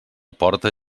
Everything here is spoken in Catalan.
porta